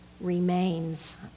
remains